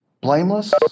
blameless